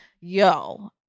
yo